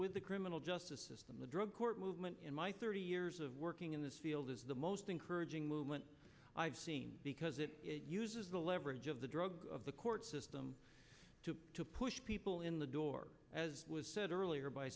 with the criminal justice system the drug court movement in my thirty years of working in this field is the most encouraging movement i've seen because it uses the leverage of the drug of the court system to push people in the door as was said earlier by